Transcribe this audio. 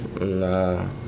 Nah